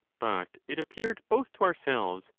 but it appeared both to ourselves,